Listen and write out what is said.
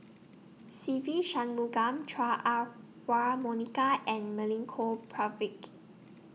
Se Ve Shanmugam Chua Ah Huwa Monica and Milenko Prvacki